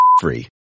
free